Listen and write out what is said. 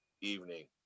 evening